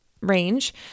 range